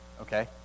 okay